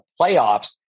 playoffs